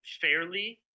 fairly